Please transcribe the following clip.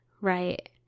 Right